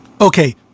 Okay